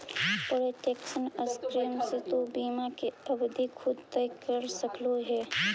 protection scheme से तु बीमा की अवधि खुद तय कर सकलू हे